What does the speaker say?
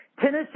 Tennessee